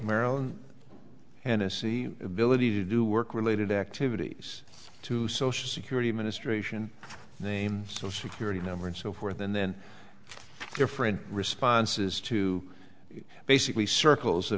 maryland and s c ability to do work related activities to social security administration name of security number and so forth and then different responses to basically circles of